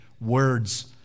words